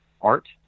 Art